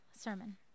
sermon